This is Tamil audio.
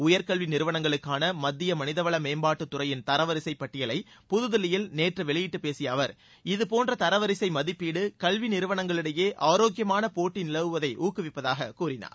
உயர்கல்வி நிறுவனங்களுக்கான மத்திய மனிதவள மேம்பாட்டுத் துறையின் தரவரிசைப் பட்டியலை புதுதில்லியில் நேற்று வெளியிட்டுப் பேசிய அவர் இதுபோன்ற தரவரிசை மதிப்பீடு கல்வி நிறுவனங்களிடையே ஆரோக்கியமான போட்டி நிலவுவதை ஊக்குவிப்பதாகக் கூறினார்